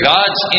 God's